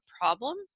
problem